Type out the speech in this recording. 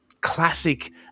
classic